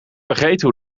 vergeten